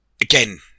again